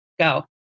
Go